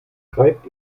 treibt